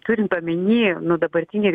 turint omeny nu dabartinį